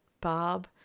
bob